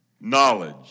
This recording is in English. Knowledge